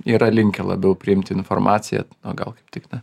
yra linkę labiau priimti informaciją o gal kaip tik ne